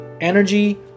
energy